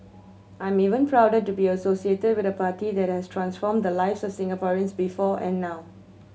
I'm even prouder to be associated with a party that has transformed the lives of Singaporeans before and now